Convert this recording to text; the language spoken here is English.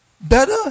Better